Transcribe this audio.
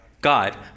God